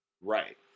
Right